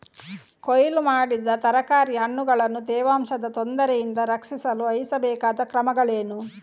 ಕೊಯ್ಲು ಮಾಡಿದ ತರಕಾರಿ ಹಣ್ಣುಗಳನ್ನು ತೇವಾಂಶದ ತೊಂದರೆಯಿಂದ ರಕ್ಷಿಸಲು ವಹಿಸಬೇಕಾದ ಕ್ರಮಗಳೇನು?